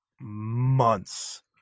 months